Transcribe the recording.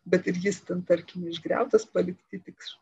bet ir jis ten tarkim išgriautas palikti tik